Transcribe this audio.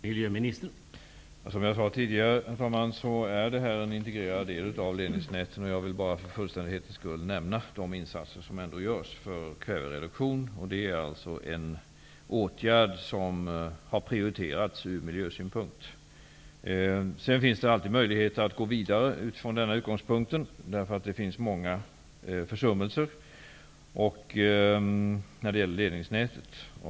Herr talman! Som jag tidigare sade är detta en integrerad del av ledningsnäten, men jag vill bara för fullständighetens skull nämna de insatser som ändå görs för kvävereduktion, som har prioriterats ur miljösynpunkt. Sedan finns det alltid möjlighet att gå vidare utifrån denna utgångspunkt, därför att det finns många försummelser när det gäller ledningsnätet.